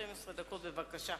12 דקות, בבקשה.